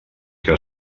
que